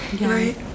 Right